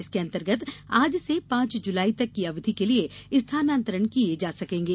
इसके अंतर्गत आज से पांच जुलाई तक की अवधि के लिए स्थानांतरण किये जा सकेगे